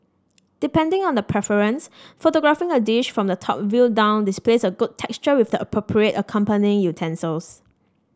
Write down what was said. depending on preference photographing a dish from the top view down displays good texture with the appropriate accompanying utensils